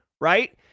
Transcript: right